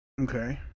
Okay